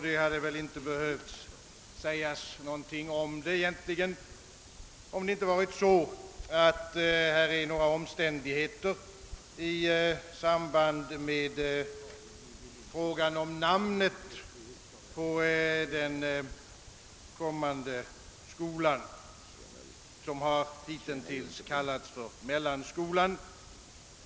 Det hade väl inte behövt sägas något om utlåtandet, om det inte varit för några omständigheter i samband med frågan om namnet på den kommande skolan, som hitintills kallats >mellanskolan>.